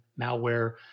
malware